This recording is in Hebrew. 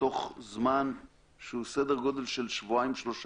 תוך זמן שהוא סדר גודל של שבועיים-שלושה.